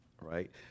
Right